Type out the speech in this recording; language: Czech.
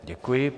Děkuji.